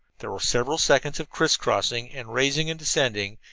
there were several seconds of criss-crossing and rising and descending,